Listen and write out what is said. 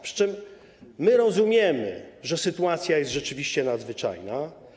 Przy czym my rozumiemy, że sytuacja jest rzeczywiście nadzwyczajna.